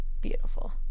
beautiful